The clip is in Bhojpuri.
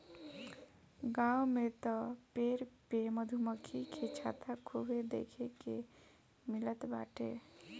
गांव में तअ पेड़ पे मधुमक्खी के छत्ता खूबे देखे के मिलत बाटे